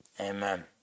Amen